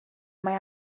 mae